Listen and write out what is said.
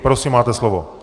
Prosím, máte slovo.